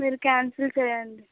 మీరు క్యాన్సిల్ చేయండి